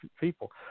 people